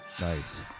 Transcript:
Nice